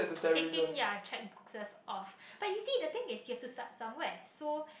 taking ya cheque books that's off but you see the thing is you have to start somewhere so